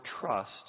trust